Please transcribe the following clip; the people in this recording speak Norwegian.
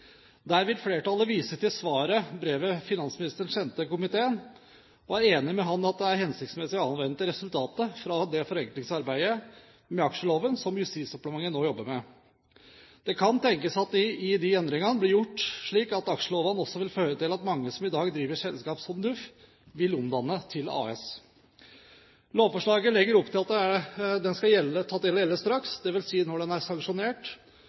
Der vil flertallet vise til brevet finansministeren sendte til komiteen. Vi er enig med ham i at det er hensiktsmessig å avvente resultatet fra det forenklingsarbeidet med aksjeloven som Justisdepartementet nå jobber med. Det kan tenkes at de endringene blir gjort slik at aksjeloven også vil føre til at mange som i dag driver selskap som NUF, vil omdanne til AS. Lovforslaget legger opp til at endringene skal ta til å gjelde straks, dvs. når de er sanksjonert,